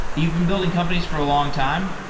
you've been building companies for a long time.